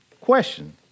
Question